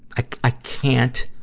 i, i can't,